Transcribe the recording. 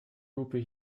lupe